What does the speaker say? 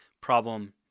problem